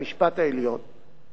דנו לפני למעלה משנה,